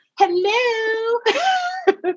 hello